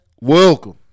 welcome